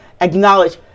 acknowledge